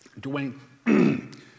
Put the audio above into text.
Dwayne